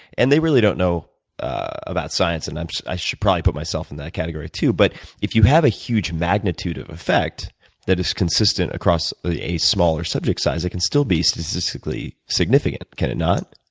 and they really don't know about science, and i should probably put myself in that category too. but if you have a huge magnitude of effect that is consistent across a smaller subject size, it can still be statistically significant, can it not?